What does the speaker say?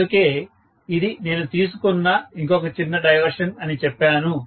అందుకే ఇది నేను తీసుకున్న ఇంకొక చిన్న డైవర్షన్ అని చెప్పాను